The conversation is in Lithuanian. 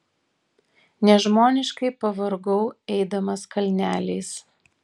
nežmoniškai pavargau eidamas kalneliais